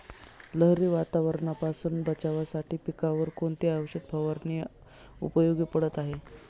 लहरी वातावरणापासून बचावासाठी पिकांवर कोणती औषध फवारणी उपयोगी पडत आहे?